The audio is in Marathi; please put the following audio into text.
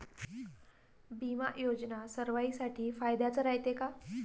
बिमा योजना सर्वाईसाठी फायद्याचं रायते का?